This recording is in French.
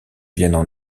viennent